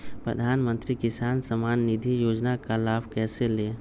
प्रधानमंत्री किसान समान निधि योजना का लाभ कैसे ले?